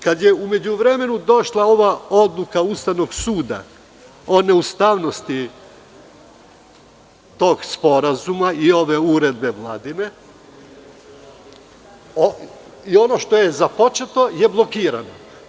Kada je u međuvremenu došla ova odluka Ustavnog suda o neustavnosti tog sporazuma i ove vladine uredbe, i ono što je započeto je blokirano.